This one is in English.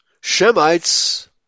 Shemites